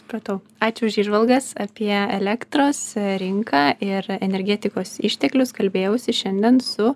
supratau ačiū už įžvalgas apie elektros rinką ir energetikos išteklius kalbėjausi šiandien su